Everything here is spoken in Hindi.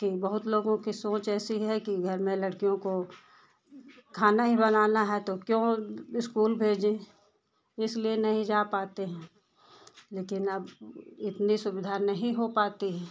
कि बहुत लोगों की सोच ऐसी है कि घर में लड़कियों को खाना ही बनाना है तो क्यों इस्कूल भेजें इसलिए नहीं जा पाते हैं लेकिन अब इतनी सुविधा नहीं हो पाती है